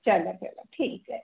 चला चला ठीक आहे